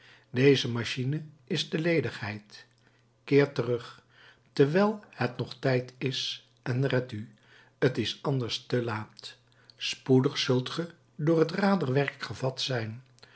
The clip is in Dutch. deze machine is de ledigheid keer terug terwijl het nog tijd is en red u t is anders te laat spoedig zult ge door het raderwerk gevat zijn